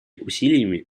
усилиями